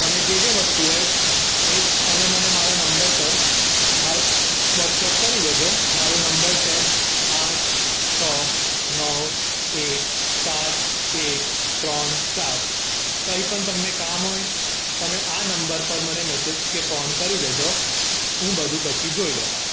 તમે જે જે વસ્તુ હોય એ તમે મને મારા નંબર પર મારે વોટ્સએપ કરી દેજો મારો નંબર છે આઠ છ નવ એક સાત એક ત્રણ ચાર કંઈ પણ તમને કામ હોય તમે આ નંબર પર મને મેસેજ કે ફોન કરી દેજો હું બધું પછી જોઈ લેવા